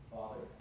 Father